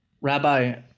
Rabbi